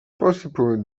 possible